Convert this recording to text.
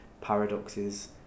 paradoxes